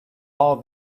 all